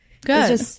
Good